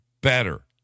better